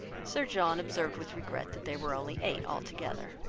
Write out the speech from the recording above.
sir john observed with regret that they were only eight all together.